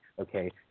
okay